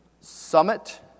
summit